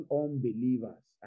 unbelievers